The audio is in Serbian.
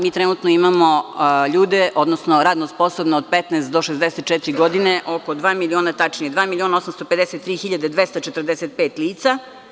Mi trenutno imamo ljude, odnosno radno sposobne od 15 do 64 godine, negde oko dva miliona, tačnije, dva miliona 853 hiljade 245 lica.